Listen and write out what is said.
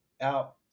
out